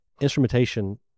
instrumentation